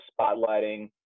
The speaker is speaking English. spotlighting